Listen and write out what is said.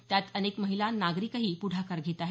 त्यात अनेक महिला नागरीक ही पुढाकार घेत आहेत